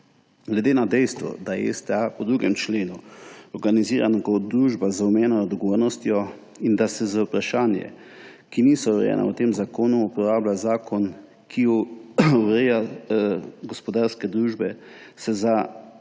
Glede na dejstvo, da je STA po 2. členu organizirana kot družba z omejeno odgovornostjo in da se za vprašanja, ki niso urejena v tem zakonu, uporablja zakon, ki ureja gospodarske družbe, se za organe